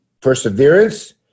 perseverance